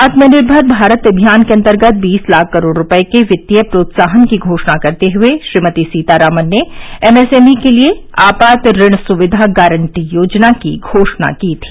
आत्मनिर्मर भारत अभियान के अंतर्गत बीस लाख करोड रूपये के वित्तीय प्रोत्साहन की घोषणा करते हुए श्रीमती सीतारामन ने एमएसएमई के लिए आपात ऋण सुविधा गारंटी योजना की घोषणा की थी